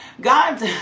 God